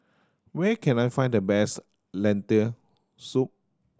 where can I find the best Lentil Soup